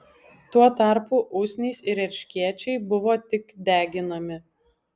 tuo tarpu usnys ir erškėčiai buvo tik deginami